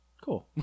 cool